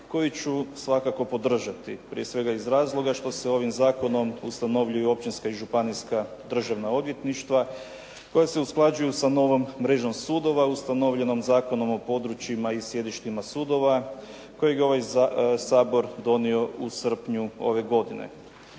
koji ću svakako podržati prije svega iz razloga što se ovim zakonom ustanovljuju općinska i županijska državna odvjetništva koja se usklađuju sa novom mrežom sudova ustanovljenom Zakonom o područjima i sjedištima sudova kojeg je ovaj Sabor donio u srpnju ove godine.